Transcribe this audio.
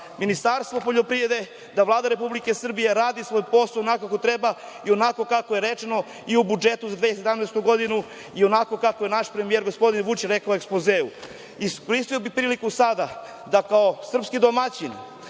Ministarstvo poljoprivrede, da Vlada Republike Srbije radi svoj posao onako kako treba i onako kako je rečeno i u budžetu za 2017. godinu i onako kako je naš premijer gospodin Vučić rekao u ekspozeu. Iskoristio bih priliku sada da kao srpski domaćin,